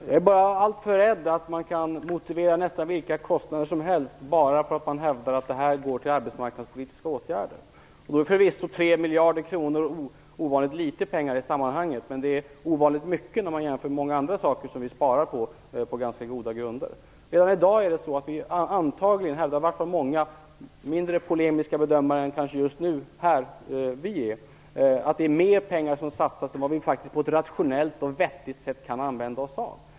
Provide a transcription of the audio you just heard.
Herr talman! Jag är rädd att man kan motivera nästa vilka kostnader som helst bara man hävdar att det är fråga om arbetsmarknadspolitiska åtgärder. Tre miljarder kronor är förvisso ovanligt litet pengar i sammanhanget, men det är ovanligt mycket när man jämför med många andra saker som vi på ganska goda grunder sparar på. Redan i dag hävdar många bedömare - som kanske är mindre polemiska än vad vi är här - att mer pengar satsas än vad vi på ett rationellt och vettigt sätt kan använda oss av.